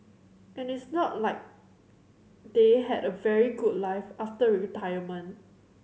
and it's not like they had a very good life after retirement